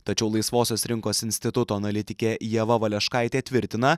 tačiau laisvosios rinkos instituto analitikė ieva valeškaitė tvirtina